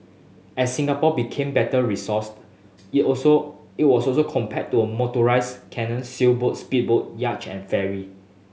as Singapore became better resourced it also it was also compared to a motorised canoe sailboat speedboat yacht and ferry